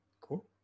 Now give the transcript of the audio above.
Cool